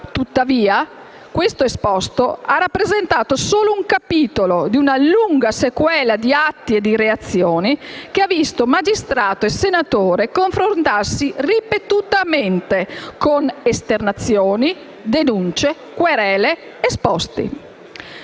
Tuttavia, questo esposto ha rappresentato soltanto un capitolo di una lunga sequela di atti e di reazioni, che ha visto il magistrato e il senatore confrontarsi ripetutamente, con esternazioni, denunce, querele ed esposti.